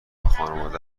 خانواده